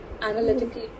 analytically